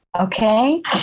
Okay